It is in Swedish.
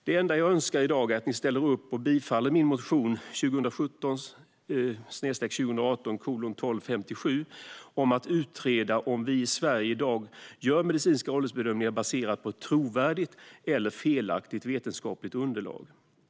Det enda jag önskar i dag är att ni ställer upp och bifaller min motion 2017/18:1257 om att utreda om vi Sverige i dag gör medicinska åldersbedömningar baserat på ett trovärdigt eller felaktigt vetenskapligt underlag.